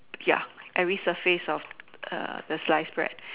ya every surface of err the slice bread